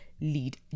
lead